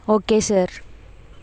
okay sir